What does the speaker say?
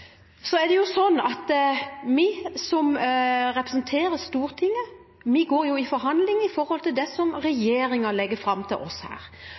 Så er det jo slik at vi som representerer Stortinget, går i forhandlinger med det som regjeringen legger fram for oss her.